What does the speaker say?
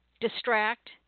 Distract